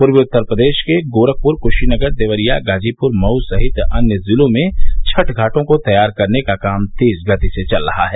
पूर्वी उत्तर प्रदेश के गोरखपुर कुशीनगर देवरिया गाजीपुर मऊ सहित अन्य जिलों में छठ घाटों को तैयार करने का काम तेज गति से चल रहा है